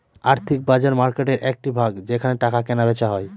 আর্থিক বাজার মার্কেটের একটি ভাগ যেখানে টাকা কেনা বেচা হয়